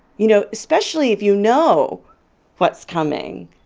you know, especially if you know what's coming,